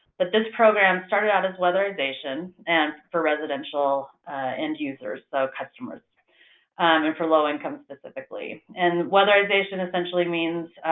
but this program started out as weatherization and for residential end users, so customers, and for low-income specifically. and weatherization essentially means,